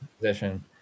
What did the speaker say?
position